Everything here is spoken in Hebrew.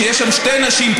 שיש שם שתי נשים,